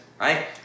right